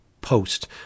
post